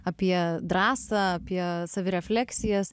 apie drąsą apie savirefleksijas